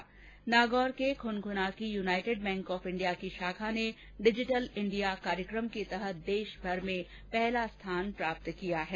्नागौर के खुनखुना की United Bank of India की शाखा ने डिजिटल इंडिया कार्यक्रम के तहत देशभर में पहला स्थान प्राप्त किया है